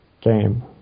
game